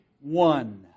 One